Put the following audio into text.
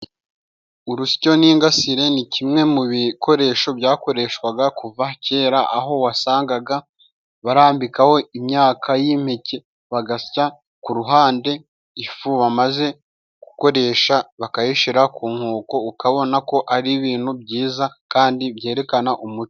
Urusyo n'ingasire ni kimwe mu bikoresho byakoreshwaga kuva kera, aho wasangaga barambikaho imyaka bagasya ku ruhande, ifu bamaze gukoresha bakayishyira ku nkoko, ukabona ko ari ibintu byiza kandi byerekana umuco.